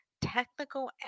technical